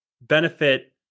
benefit